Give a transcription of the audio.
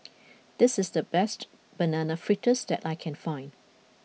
this is the best Banana Fritters that I can find